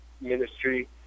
ministry